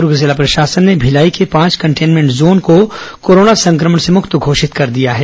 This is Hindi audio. दूर्ग जिला प्रशासन ने भिलाई के पांच कंटेन्मेंट जोन को कोरोना संक्रमण से मुक्त घोषित कर दिया है